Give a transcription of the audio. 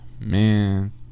man